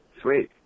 Sweet